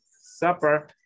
supper